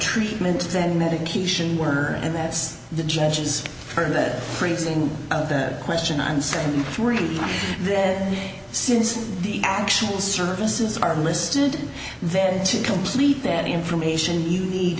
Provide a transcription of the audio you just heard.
treatments that medication were and that's the judge's turn that phrasing of that question on seventy three then since the actual services are listed then to complete that information you need